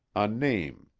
a name,